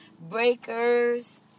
Breakers